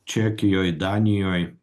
čekijoj danijoj